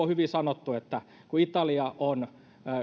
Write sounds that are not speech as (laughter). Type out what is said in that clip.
(unintelligible) on hyvin sanottu että italia on